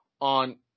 on